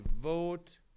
vote